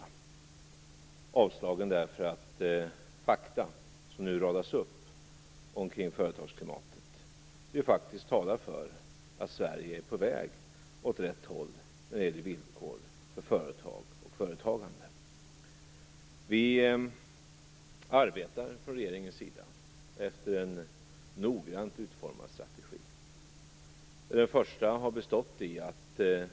Den var avslagen därför att fakta som nu radas upp omkring företagsklimatet faktiskt talar för att Sverige är på väg åt rätt håll när det gäller villkor för företag och företagande. Vi arbetar från regeringens sida efter en noggrant utformad strategi.